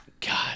God